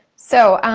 so,